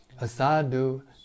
Asadu